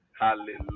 Hallelujah